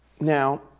Now